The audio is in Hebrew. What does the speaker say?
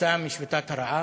כתוצאה משביתת הרעב,